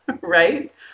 right